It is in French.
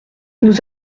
nous